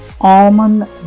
almond